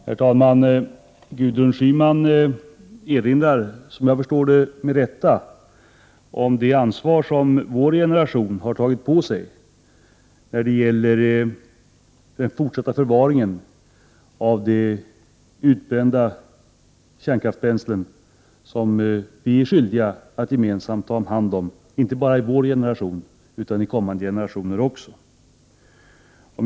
Herr talman! Gudrun Schyman erinrar, som jag förstår det, med rätta om det ansvar som vår generation har tagit på sig när det gäller den fortsatta förvaringen av det utbrända kärnkraftsbränsle som vi är skyldiga att gemensamt ta hand om — inte bara i vår generation utan även i kommande generationer.